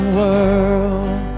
world